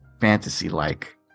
fantasy-like